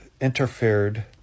interfered